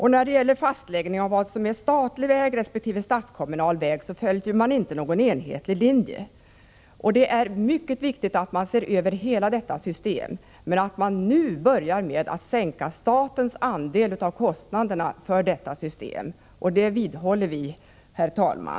När det gäller fastläggning av vad som är statliga vägar resp. statskommunala vägar följer man inte någon enhetlig linje. Det är mycket viktigt att se över hela detta system och att nu börja med att sänka statens andel av kostnaderna för systemet. Det vidhåller vi, herr talman.